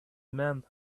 men